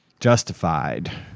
Justified